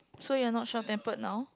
so you're not short tempered now